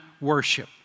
worship